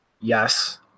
Yes